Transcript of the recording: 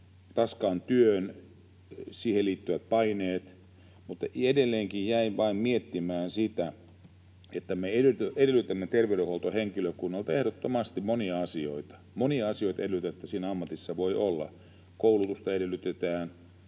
raskaan työn, siihen liittyvät paineet, mutta edelleenkin jäin vain miettimään sitä, että me edellytämme terveydenhuoltohenkilökunnalta ehdottomasti monia asioita. Monia asioita edellytetään, että siinä ammatissa voi olla. Koulutusta edellytetään,